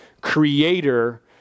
creator